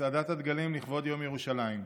בצעדת הדגלים לכבוד יום ירושלים.